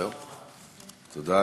תודה.